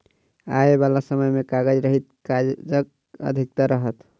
आबयबाला समय मे कागज रहित काजक अधिकता रहत